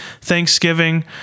Thanksgiving